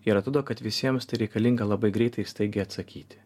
ir atrodo kad visiems tai reikalinga labai greitai ir staigiai atsakyti